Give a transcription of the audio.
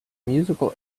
musical